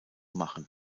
machen